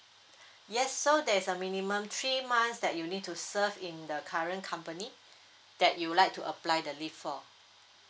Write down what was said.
yes so there's a minimum three months that you need to serve in the current company that you would like to apply the leave for